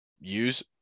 use